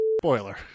Spoiler